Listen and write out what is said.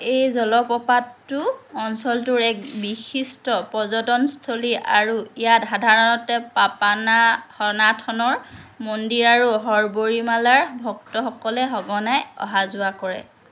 এই জলপ্ৰপাতটো অঞ্চলটোৰ এক বিশিষ্ট পৰ্যটনস্থলী আৰু ইয়াত সাধাৰণতে পাপানাসনাথনৰ মন্দিৰ আৰু সৰবৰীমালাৰ ভক্তসকলে সঘনাই অহা যোৱা কৰে